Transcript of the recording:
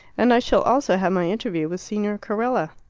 and i shall also have my interview with signor carella.